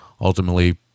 ultimately